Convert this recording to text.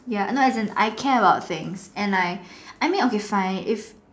ya no as in I care about thing and I I mean okay fine I it's